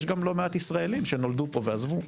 יש גם לא מעט ישראליים שנולדו פה ועזבו.